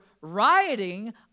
rioting